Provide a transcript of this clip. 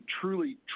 truly